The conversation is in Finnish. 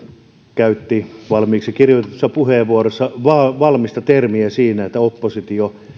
käytti valmiiksi kirjoitetussa puheenvuorossa valmista termiä siinä että oppositio